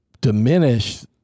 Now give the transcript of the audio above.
diminish